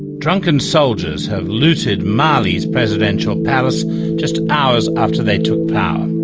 drunken soldiers have looted mali's presidential palace just hours after they took power.